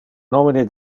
nomine